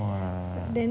!wah!